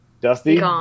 Dusty